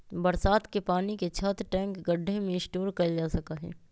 बरसात के पानी के छत, टैंक, गढ्ढे में स्टोर कइल जा सका हई